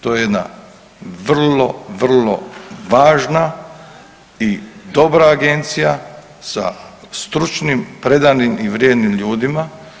To je jedna vrlo, vrlo važna i dobra agencija sa stručnim, predanim i vrijednim ljudima.